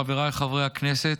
חבריי חברי הכנסת,